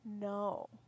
no